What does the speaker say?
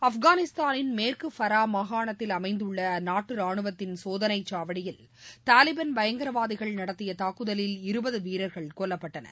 ஆப்கானிஸ்தானின் மேற்கு ஃபரா மாகாணத்தில் அமைந்துள்ள அந்நாட்டு ராணுவத்தின் சோதனை சாவடியில் தாலிபான் பயங்கரவாதிகள் நடத்திய தாக்குதவில் இருபது வீரர்கள் கொல்லப்பட்டனர்